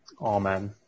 Amen